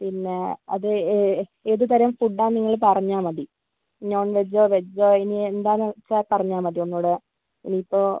പിന്നെ അത് ഏതു തരം ഫുഡ്ഡാന്ന് നിങ്ങൾ പറഞ്ഞാൽ മതി നോൺ വെജ്ജോ വെജ്ജോ ഇനി എന്താന്ന് വെച്ചാൽ പറഞ്ഞാൽ മതി ഒന്നൂടെ ഇനിയിപ്പോൾ